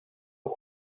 und